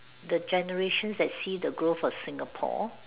the generation that see the growth of Singapore